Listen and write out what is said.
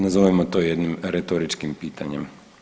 Nazovimo to jednim retoričkim pitanjem.